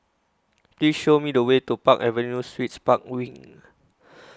Please Show Me The Way to Park Avenue Suites Park Wing